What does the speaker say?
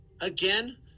again